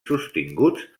sostinguts